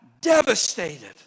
devastated